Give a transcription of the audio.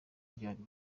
byari